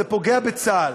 זה פוגע בצה"ל.